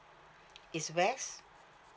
is west